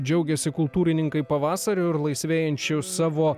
džiaugiasi kultūrininkai pavasariu ir laisvėjančiu savo